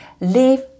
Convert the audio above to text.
Leave